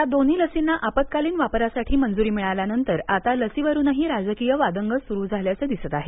या दोन्ही लसींना आपात्कालीन वापरासाठी मंजूरी मिळाल्यानंतर आता लसीवरूनही राजकीय वादंग सूर झाल्याचं दिसत आहे